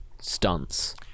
stunts